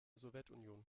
sowjetunion